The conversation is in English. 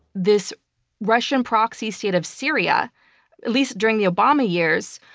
this russian proxy state of syria, at least during the obama years,